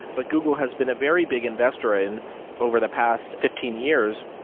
but google has been a very big investor in over the past fifteen years,